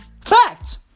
Fact